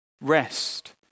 rest